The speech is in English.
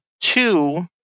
two